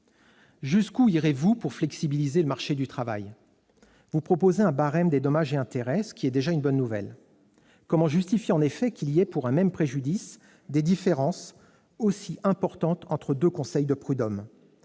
Jusqu'où irez-vous pour flexibiliser le marché du travail ? Vous proposez de fixer un barème des dommages et intérêts, ce qui est déjà une bonne nouvelle. Comment justifier, en effet, qu'il y ait, pour un même préjudice, des différences aussi importantes entre deux conseils de prud'hommes ?